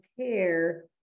care